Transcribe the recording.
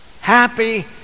happy